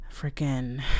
Freaking